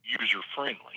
user-friendly